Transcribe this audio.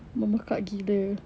memekak gila